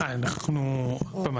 עוד פעם,